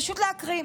פשוט להקריא.